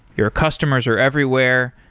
your customers are everywhere.